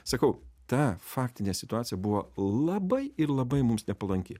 sakau ta faktinė situacija buvo labai ir labai mums nepalanki